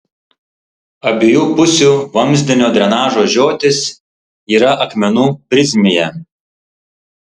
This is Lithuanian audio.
abiejų pusių vamzdinio drenažo žiotys yra akmenų prizmėje